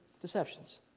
deceptions